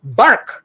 bark